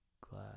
glad